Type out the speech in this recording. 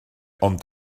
ond